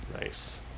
Nice